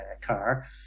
car